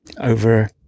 over